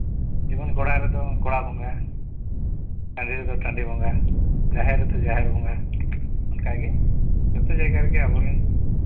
ᱡᱮᱢᱚᱱ ᱜᱳᱲᱟ ᱨᱮᱫᱚ ᱜᱳᱲᱟ ᱵᱚᱸᱜᱟ ᱴᱟᱺᱰᱤ ᱨᱮᱫᱚ ᱴᱟᱺᱰᱤ ᱵᱚᱸᱜᱟ ᱡᱟᱦᱮᱨ ᱨᱮᱫᱚ ᱡᱟᱦᱮᱨ ᱵᱚᱸᱜᱟ ᱚᱱᱠᱟᱜᱮ ᱡᱚᱛᱚ ᱡᱟᱭᱜᱟ ᱨᱮᱜᱮ ᱟᱵᱚ ᱨᱮᱱ